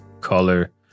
color